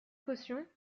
caution